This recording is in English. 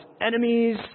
enemies